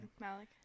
Malik